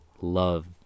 love